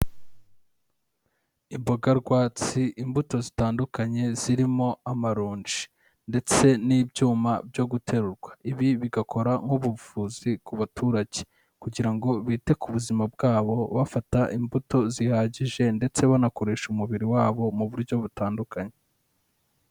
Imboga rwatsi, imbuto zitandukanye zirimo amaronji, ndetse n'ibyuma byo guterurwa, ibi bigakora nk'ubuvuzi ku baturage, kugira ngo bite ku buzima bwabo bafata imbuto zihagije ndetse banakoresha umubiri wabo mu buryo butandukanye.